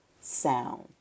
sound